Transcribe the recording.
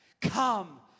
Come